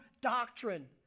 doctrine